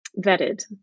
vetted